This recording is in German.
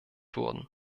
wurden